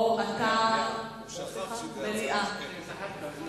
הוא שכח, זה זחאלקה.